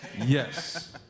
Yes